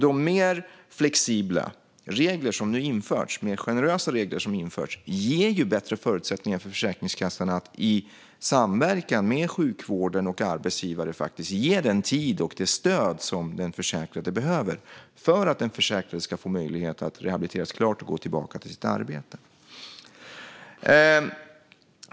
De mer flexibla och generösa regler som nu införts ger bättre förutsättningar för Försäkringskassan att i samverkan med sjukvården och arbetsgivare faktiskt ge den tid och det stöd som den försäkrade behöver för att få möjlighet att rehabiliteras klart och gå tillbaka till sitt arbete.